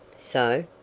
so?